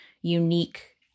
unique